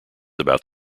about